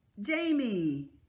Jamie